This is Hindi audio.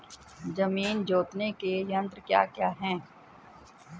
जमीन जोतने के यंत्र क्या क्या हैं?